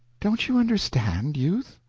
don't you understand, youth?